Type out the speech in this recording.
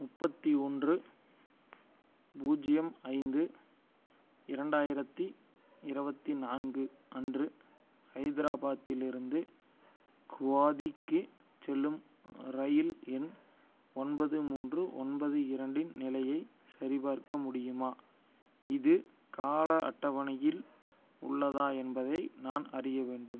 முப்பத்தி ஒன்று பூஜ்ஜியம் ஐந்து இரண்டாயிரத்தி இருபத்தி நான்கு அன்று ஹைதராபாத்திலிருந்து குவாதிக்குச் செல்லும் ரயில் எண் ஒன்பது மூன்று ஒன்பது இரண்டின் நிலையைச் சரிபார்க்க முடியுமா இது கால அட்டவணையில் உள்ளதா என்பதை நான் அறிய வேண்டும்